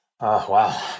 Wow